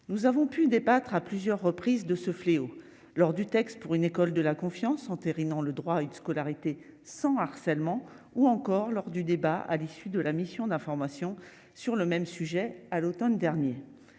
nous avons pu débattre à plusieurs reprises de ce fléau lors du texte pour une école de la confiance, entérinant le droit à une scolarité sans harcèlement ou encore lors du débat à l'issue de la mission d'information sur le même sujet à l'Automne dernier,